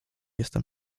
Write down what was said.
jestem